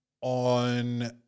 on